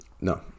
No